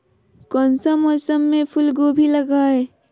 कौन सा मौसम में फूलगोभी लगाए?